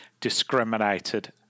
discriminated